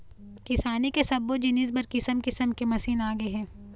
किसानी के सब्बो जिनिस बर किसम किसम के मसीन आगे हे